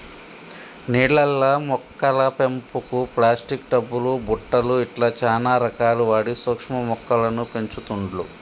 నీళ్లల్ల మొక్కల పెంపుకు ప్లాస్టిక్ టబ్ లు బుట్టలు ఇట్లా చానా రకాలు వాడి సూక్ష్మ మొక్కలను పెంచుతుండ్లు